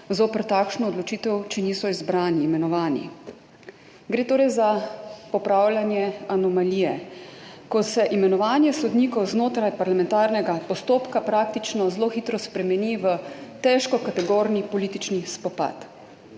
zoper takšno odločitev, če niso izbrani, imenovani. Gre torej za popravljanje anomalije, ko se imenovanje sodnikov znotraj parlamentarnega postopka praktično zelo hitro spremeni v težkokategorni politični spopad.